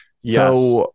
Yes